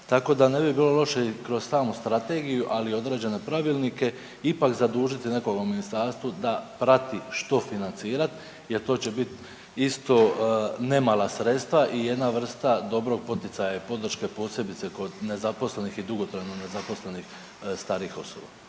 Tako da ne bi bilo loše i kroz samu strategiju ali i određene pravilnike ipak zadužiti nekoga u ministarstvu da prati što financirat jer to će bit isto ne mala sredstva i jedna vrsta dobrog poticaja i podrške posebice kod nezaposlenih i dugotrajno nezaposlenih starijih osoba.